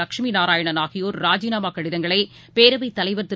வட்சுமிநாராயணன் ஆகியோர் ராஜினாமாகடிதங்களை பேரவைத் தலைவர் திரு